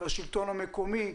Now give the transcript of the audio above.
השלטון המקומי,